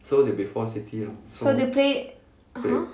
so they play !huh!